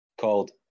called